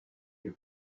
you